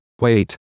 wait